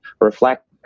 reflect